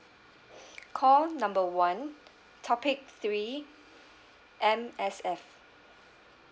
call number one topic three M_S_F